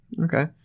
Okay